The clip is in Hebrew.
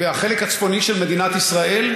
בחלק הצפוני של מדינת ישראל.